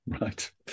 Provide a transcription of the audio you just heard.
right